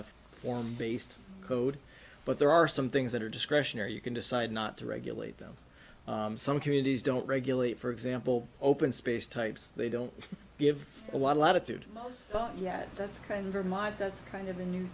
of form based code but there are some things that are discretionary you can decide not to regulate them some communities don't regulate for example open space types they don't give a lot of food most but yet that's kind vermont that's kind of a new